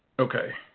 okay.